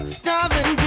starving